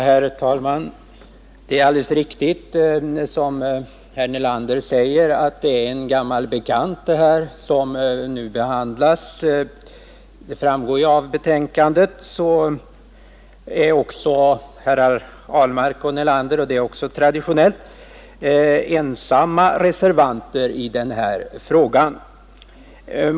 Herr talman! Det är alldeles riktigt som herr Nelander säger, att det är en gammal bekant som nu behandlas — det framgår ju av betänkandet. Det är också traditionellt att herrar Ahlmark och Nelander är ensamma reservanter i denna fråga.